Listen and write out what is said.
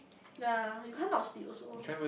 ya you kind of steep also